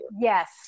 Yes